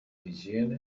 higiene